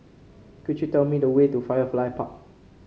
could you tell me the way to Firefly Park